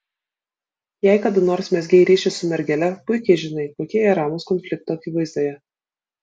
jei kada nors mezgei ryšį su mergele puikiai žinai kokie jie ramūs konflikto akivaizdoje